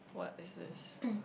what is this